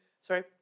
sorry